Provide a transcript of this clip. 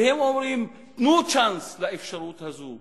והם אומרים: תנו צ'אנס לאפשרות הזאת,